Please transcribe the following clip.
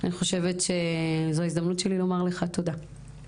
אני חושבת שזאת ההזדמנות שלי לומר לך תודה.